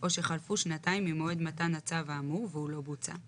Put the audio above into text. או שחלפו שנתיים ממועד מתן הצו האמור והוא לא בוצע;